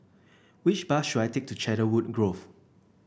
which bus should I take to Cedarwood Grove